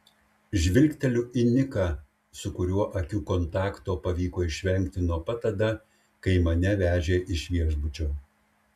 žvilgteliu į niką su kuriuo akių kontakto pavyko išvengti nuo pat tada kai mane vežė iš viešbučio